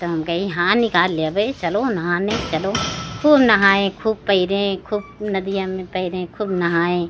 तो हम कही हाँ निकाल लेबै चलो नहाने चलो खूब नहाए खूब पइरें खुब नदिया में तेरे खूब नहाए